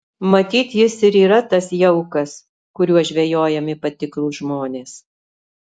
matyt jis ir yra tas jaukas kuriuo žvejojami patiklūs žmonės